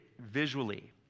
visually